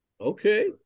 Okay